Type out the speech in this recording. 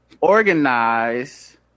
organize